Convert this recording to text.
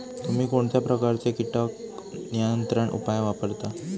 तुम्ही कोणत्या प्रकारचे कीटक नियंत्रण उपाय वापरता?